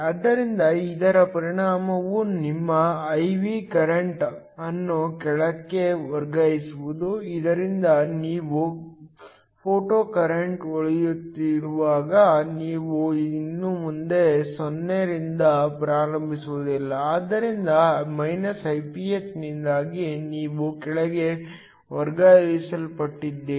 ಆದ್ದರಿಂದ ಇದರ ಪರಿಣಾಮವು ನಿಮ್ಮ I V ಕರೆಂಟ್ ಅನ್ನು ಕೆಳಕ್ಕೆ ವರ್ಗಾಯಿಸುವುದು ಇದರಿಂದ ನೀವು ಕೆಲವು ಫೋಟೊಕರೆಂಟ್ ಹೊಳೆಯುತ್ತಿರುವಾಗ ನೀವು ಇನ್ನು ಮುಂದೆ 0 ರಿಂದ ಪ್ರಾರಂಭಿಸುವುದಿಲ್ಲ ಆದರೆ Iph ನಿಂದಾಗಿ ನೀವು ಕೆಳಗೆ ವರ್ಗಾಯಿಸಲ್ಪಟ್ಟಿದ್ದೀರಿ